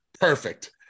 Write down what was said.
perfect